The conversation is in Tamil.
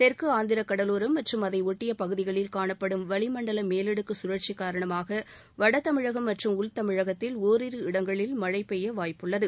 தெற்கு ஆந்திர கடவோரம் மற்றும் அதை ஒட்டிய பகுதிகளில் காணப்படும் வளிமண்டல மேலடுக்கு சுழற்சி காரணமாக வட தமிழகம் மற்றும் உள் தமிழகத்தில் ஒரிரு இடங்களில் மழை பெய்ய வாய்ப்புள்ளது